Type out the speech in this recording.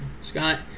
Scott